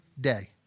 day